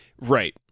Right